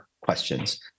questions